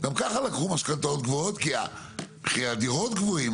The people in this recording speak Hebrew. גם ככה לקחו משכנתאות גבוהות כי מחירי הדירות גבוהים,